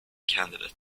candidate